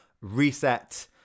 reset